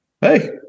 Hey